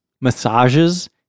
massages